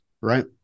right